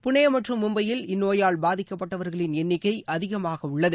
புனேமற்றும் மும்பையில் இந்நோயால் பாதிக்கப்பட்டவர்களின் எண்ணிக்கைஅதிகமாகஉள்ளது